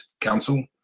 council